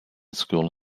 school